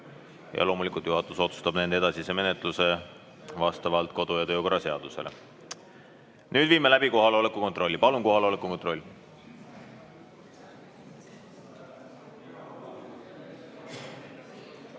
ja ühe eelnõu. Juhatus otsustab nende edasise menetluse vastavalt kodu- ja töökorra seadusele. Nüüd viime läbi kohaloleku kontrolli. Palun kohaloleku kontroll!